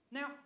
Now